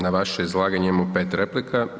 Na vaše izlaganje imamo 5 replika.